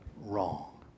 wrong